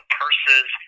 purses